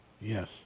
Yes